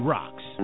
Rocks